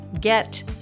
get